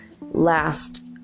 last